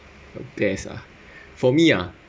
there's ah for me ah